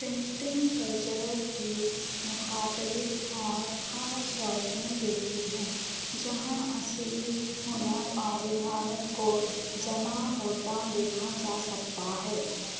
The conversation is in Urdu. پینٹنگ کلچر کی مختلف اور خاص روشنی دیتی ہے جہاں اصلی ہنر اور روایت کو جمع ہوتا دیکھا جا سکتا ہے